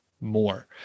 more